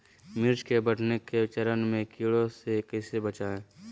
मिर्च के बढ़ने के चरण में कीटों से कैसे बचये?